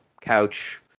Couch